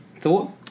thought